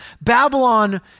Babylon